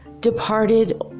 departed